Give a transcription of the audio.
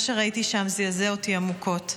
מה שראיתי שם זעזע אותי עמוקות.